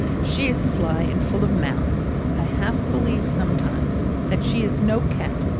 she is sly and full of malice. i half believe, sometimes, that she is no cat,